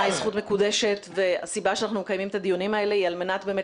היא זכות מקודשת והסיבה שאנחנו מקיימים את הדיונים היא על מנת באמת